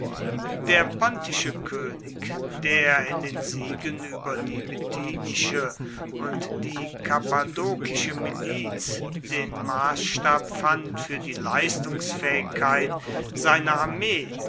der pontische könig der in den siegen über die bithynische und die kappadokische miliz den maßstab fand für die leistungsfähigkeit seiner armee